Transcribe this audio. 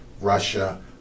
Russia